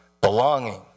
belonging